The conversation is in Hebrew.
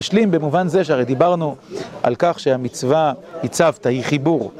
משלים במובן זה שהרי דיברנו על כך שהמצווה היא צוותא, היא חיבור.